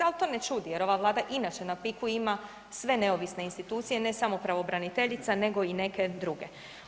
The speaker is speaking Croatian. Ali to ne čudi jer ova Vlada inače na piku ima sve neovisne institucije, ne samo pravobraniteljica nego i neke druge.